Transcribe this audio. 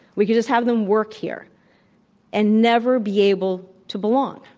we could just have them work here and never be able to belong.